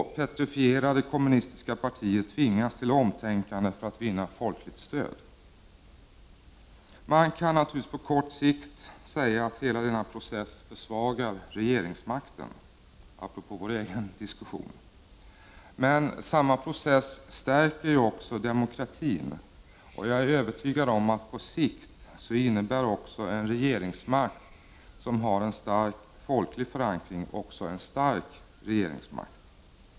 Petrifierade kommunistiska partier tvingas till omtänkande för att vinna folkligt stöd. Man kan naturligtvis på kort sikt säga att hela denna process försvagar regeringsmakten, apropå vår egen diskussion. Men samma process stärker också demokratin, och jag är övertygad om att en regeringsmakt som har en stark folklig förankring på sikt också innebär en stark regeringsmakt.